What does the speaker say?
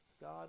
God